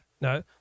no